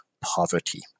poverty